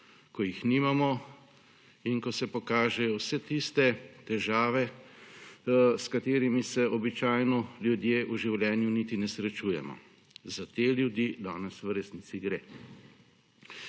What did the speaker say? ko jih nimamo in ko se pokažejo vse tiste težave, s katerimi se običajno ljudje v življenju niti ne srečujemo. Za te ljudi danes v resnici gre.